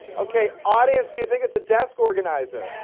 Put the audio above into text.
okay audience do you think it's a desk organizer?